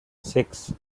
six